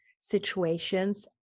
situations